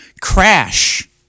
crash